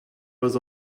was